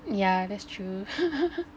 yeah that's true